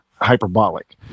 hyperbolic